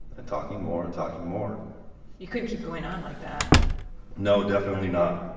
and talking more and talking more you couldn't keep going on like that no, definitely not.